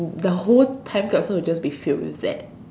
the whole time will just be filled with that